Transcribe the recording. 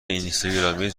اینستاگرامی